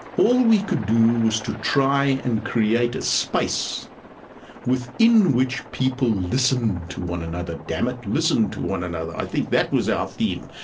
all we could do was to try and create a space within which people listened to one another, damn it, listen to one another. i think that was our theme.